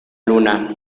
luna